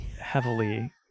heavily